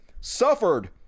suffered